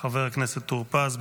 חבר הכנסת טור פז.